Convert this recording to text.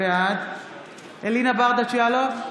בעד אלינה ברדץ' יאלוב,